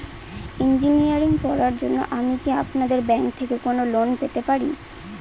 Engineering পড়ার জন্য আমি কি আপনাদের ব্যাঙ্ক থেকে কোন লোন পেতে পারি?